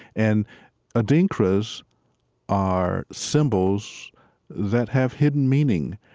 and adinkras are symbols that have hidden meaning.